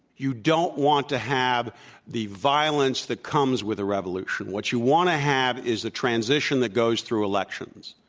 you don't want to have the violence that comes with a revolution. what you want to have is the transition that goes through elections.